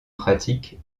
pratique